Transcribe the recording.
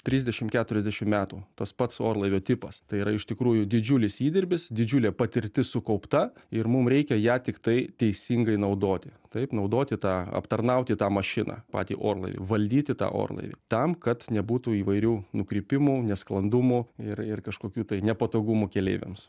trisdešimt keturiasdešim metų tas pats orlaivio tipas tai yra iš tikrųjų didžiulis įdirbis didžiulė patirtis sukaupta ir mum reikia ją tiktai teisingai naudoti taip naudoti tą aptarnauti tą mašiną patį orlaivį valdyti tą orlaivį tam kad nebūtų įvairių nukrypimų nesklandumų ir ir kažkokių tai nepatogumų keleiviams